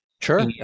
Sure